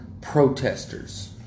protesters